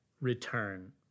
Return